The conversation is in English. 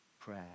prayer